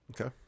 Okay